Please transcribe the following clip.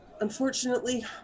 unfortunately